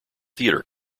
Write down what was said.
theatre